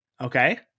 Okay